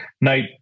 night